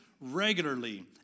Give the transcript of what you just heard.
regularly